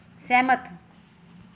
ਸਹਿਮਤ